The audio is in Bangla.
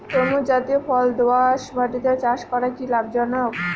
তরমুজ জাতিয় ফল দোঁয়াশ মাটিতে চাষ করা কি লাভজনক?